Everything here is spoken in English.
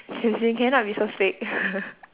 zhi xin can you not be so fake